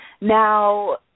Now